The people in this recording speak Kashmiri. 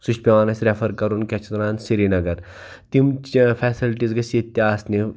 سُہ چھُ پیٚوان اسہِ ریٚفر کَرُن کیٛاہ چھِ اَتھ وَنان سریٖنَگَر تِم فیسَلٹیٖز گژھہٕ ییٚتہِ تہِ آسنہِ